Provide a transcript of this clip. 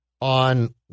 on